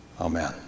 Amen